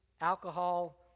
alcohol